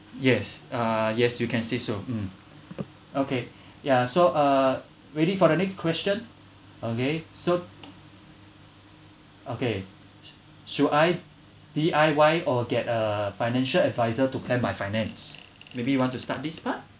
yes uh yes you can say so mm okay ya so uh ready for the next question okay so okay should I D_I_Y or get a financial adviser to plan my finance maybe you want to start this part